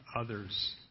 others